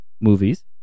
movies